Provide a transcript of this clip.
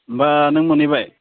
होनबा नों मोनहैबाय